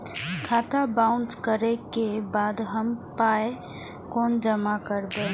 खाता बाउंस करै के बाद हम पाय कोना जमा करबै?